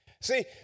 See